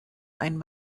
einen